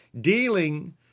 dealing